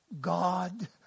God